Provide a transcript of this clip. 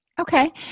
Okay